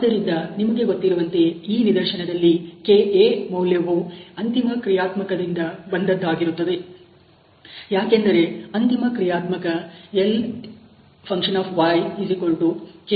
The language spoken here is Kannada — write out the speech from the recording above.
ಆದ್ದರಿಂದ ನಿಮಗೆ ಗೊತ್ತಿರುವಂತೆ ಈ ನಿದರ್ಶನದಲ್ಲಿ kA ಮೌಲ್ಯವು ಅಂತಿಮ ಕ್ರಿಯಾತ್ಮಕ ದಿಂದ ಬಂದದ್ದಾಗಿರುತ್ತದೆ ಯಾಕೆಂದರೆ ಅಂತಿಮ ಕ್ರಿಯಾತ್ಮಕ L ky² ಆಗಿರುತ್ತದೆ